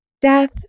death